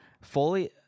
Fully